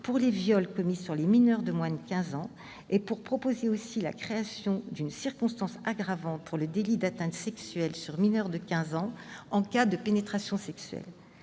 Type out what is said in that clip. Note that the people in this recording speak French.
pour les viols commis sur les mineurs de moins de quinze ans et la création d'une circonstance aggravante pour le délit d'atteinte sexuelle sur mineur de quinze ans en cas d'acte de pénétration sexuelle.